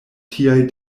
tiaj